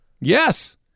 Yes